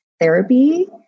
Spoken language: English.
therapy